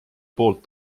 poolt